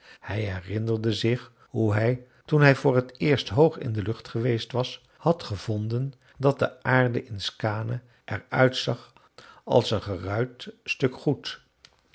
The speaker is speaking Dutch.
hij herinnerde zich hoe hij toen hij voor t eerst hoog in de lucht geweest was had gevonden dat de aarde in skaane er uit zag als een geruit stuk goed